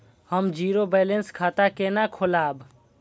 हम zero balance खाता केना खोलाब?